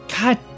God